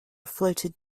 floated